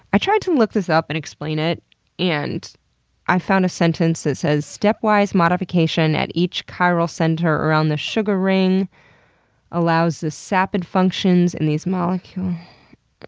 i tried to look this up and explain it and i found this sentence that says stepwise modification at each chiral center around the sugar ring allows the sapid functions in these molecules,